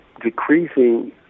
decreasing